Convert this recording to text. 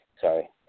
sorry